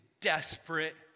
desperate